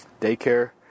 daycare